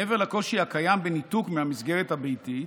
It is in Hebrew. מעבר לקושי הקיים בניתוק מהמסגרת הביתית,